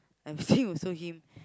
I'm saying also him